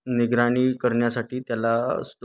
निगराणी करण्यासाठी त्याला स्